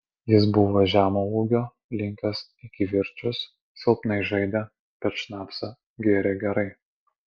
jis buvo žemo ūgio linkęs į kivirčus silpnai žaidė bet šnapsą gėrė gerai